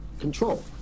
control